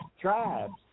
tribes